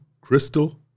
Crystal